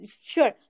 Sure